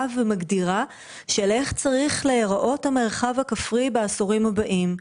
ומגדירה של איך צריך להיראות המרחב הכפרי בעשורים הבאים.